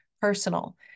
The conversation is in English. personal